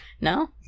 No